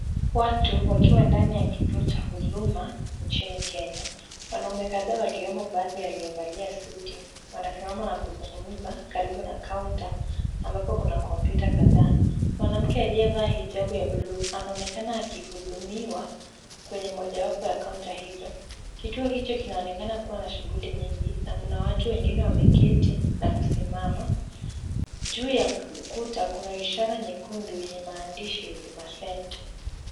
Watu wakiwa ndani ya kituo cha huduma nchini Kenya. Wanaume kadhaa wakiwemo baadhi ya waliovalia suti, wamesimama na kuzungumza karibu na kaunta ambapo kuna computer kadhaa. Mwanamke aliyevaa hijabu ya bluu, anaonekana akihudumiwa kwenye mojawapo ya kaunta hizo. Kituo hicho kinaonekana kuwa na shughuli nyingi na kuna watu wengine wameketi na kusimama. Juu ya ukuta, kuna ishara nyekundu yenye maandishi, Huduma Center.